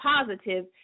positive